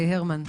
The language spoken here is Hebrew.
איל"ן,